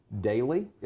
daily